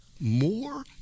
more